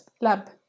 lab